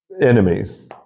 enemies